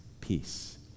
peace